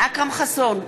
אכרם חסון,